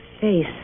face